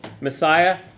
Messiah